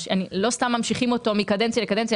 לא סתם ממשיכים אותו מקדנציה לקדנציה.